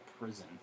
prison